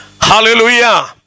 Hallelujah